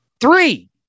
Three